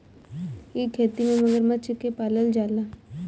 इ खेती में मगरमच्छ के पालल जाला